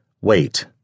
Wait